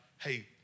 hey